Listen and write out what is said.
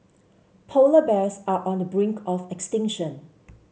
polar bears are on the brink of extinction